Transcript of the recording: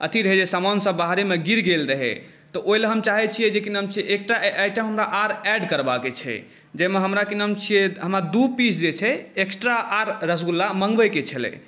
अथी रहै जे समानसभ बाहरे मे गिर गेल रहै तऽ ओहि लए हम चाहे छियै जे एकटा आइटम हमरा आर ऐड करबाक छै जाहि मे हमरा की नाम छियै हमरा दू पीस जे छै एक्स्ट्रा आर रसगुल्ला मँगबै के छलै